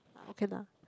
okay lah